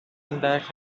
درک